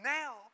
now